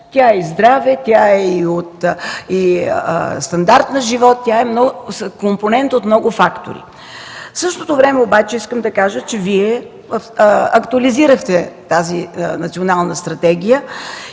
тя е и здраве, тя е и стандарт на живот, тя е компонент от много фактори. В същото време обаче искам да кажа, че Вие актуализирахте тази национална стратегия